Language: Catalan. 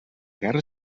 guerra